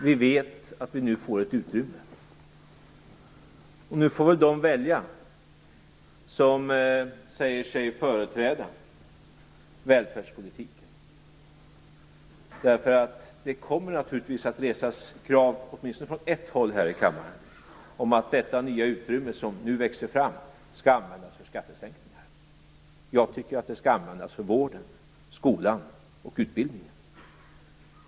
Vi vet att vi nu får ett utrymme. Nu får de som säger sig företräda välfärdspolitiken välja. Det kommer naturligtvis, åtminstone från ett håll här i kammaren, att resas krav på att det nya utrymme som växer fram skall användas för skattesänkningar. Jag tycker att det skall användas för vården, skolan och utbildningen.